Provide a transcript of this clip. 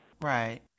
Right